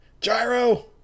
gyro